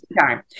time